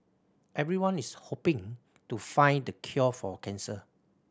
everyone is hoping to find the cure for cancer